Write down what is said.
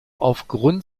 aufgrund